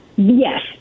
yes